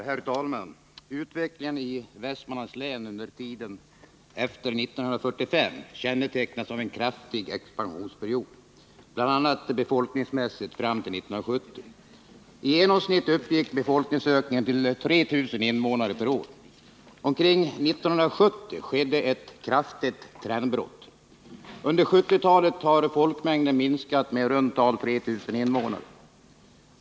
Herr talman! Utvecklingen i Västmanlands län under tiden efter 1945 kännetecknas av en kraftig expansionsperiod, bl.a. befolkningsmässigt, fram till 1970. I genomsnitt uppgick befolkningsökningen till 3 000 invånare per år. Omkring 1970 skedde ett kraftigt trendbrott. Under 1970-talet har folkmängden minskat med i runt tal 3 000 invånare.